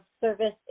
service